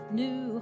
new